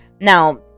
now